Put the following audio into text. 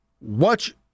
watch